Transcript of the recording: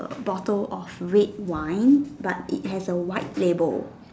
bottle of red wine but it has a white label